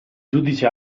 giudice